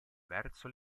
verso